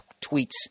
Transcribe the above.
tweets